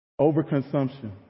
overconsumption